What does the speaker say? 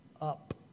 up